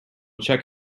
check